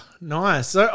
Nice